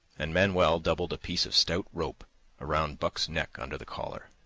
and manuel doubled a piece of stout rope around buck's neck under the collar.